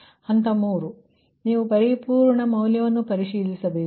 ಹಂತ 3 ನಂತರ ನೀವು ಪರಿಪೂರ್ಣ ಮೌಲ್ಯವನ್ನು ಪರಿಶೀಲಿಸಬೇಕು